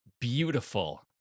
beautiful